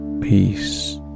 peace